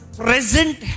present